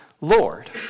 Lord